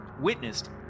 witnessed